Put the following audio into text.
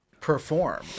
perform